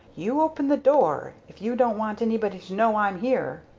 you open the door if you don't want anybody to know i'm here!